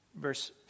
verse